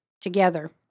together